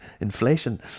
inflation